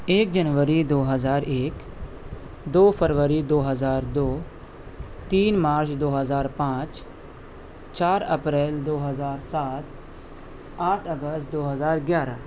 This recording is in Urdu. ایک جنوری دو ہزار ایک دو فروری دو ہزار دو تین مارچ دو ہزار پانچ چار اپریل دو ہزار سات آٹھ اگست دو ہزار گیارہ